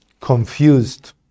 confused